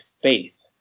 faith